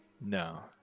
no